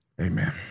Amen